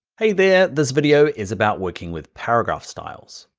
hey there, this video is about working with paragraph styles.